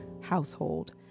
household